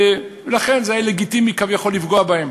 לכן זה היה לגיטימי כביכול לפגוע בהם.